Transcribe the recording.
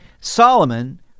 Solomon